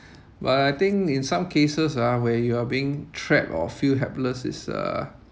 but I think in some cases ah where you are being trapped or feel helpless is uh